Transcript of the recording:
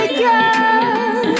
girl